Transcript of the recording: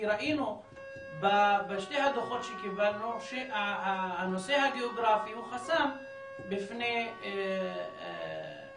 כי ראינו בשני הדוחות שקיבלנו שהנושא הגיאוגרפי הוא חסם בפני האסירים